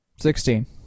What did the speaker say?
Sixteen